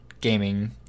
gaming